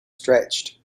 stretched